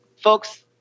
Folks